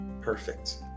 perfect